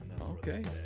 Okay